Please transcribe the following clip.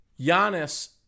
Giannis